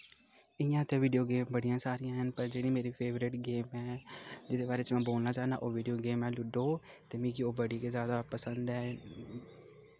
इ'यां ते video game बड़ी सारी ऐ पर जेह्ड़े मेरी फेवरट गेम ऐ जेह्दे बारे च में बोलना चाह्न्ना ओह् वीडियो गेम ऐ ऐ लूडो ते मिगी ओह् बड़ी गै ज्यादा पसंद ऐ